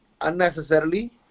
unnecessarily